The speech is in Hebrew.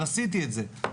אבל עשיתי את זה.